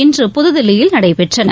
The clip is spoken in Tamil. இன்று புதுதில்லியில் நடைபெற்றன